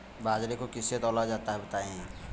बाजरे को किससे तौला जाता है बताएँ?